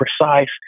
precise